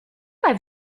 pas